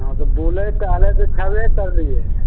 हँ तऽ बुलै टहलै तऽ छबे करलियै